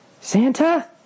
Santa